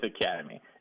Academy